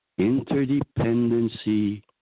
Interdependency